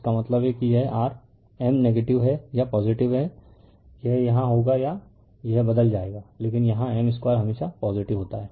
इसका मतलब है कि यह r M नेगेटिव है या पॉजिटिव है यह यहां होगा यह बदल जाएगा लेकिन यहां M 2 हमेशा पॉजिटिव होता है